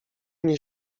nie